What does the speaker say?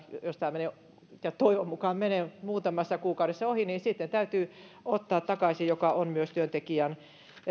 jos tämä menee ja toivon mukaan menee muutamassa kuukaudessa ohi sitten täytyy ottaa takaisin mikä on myös työntekijän